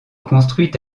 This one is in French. construite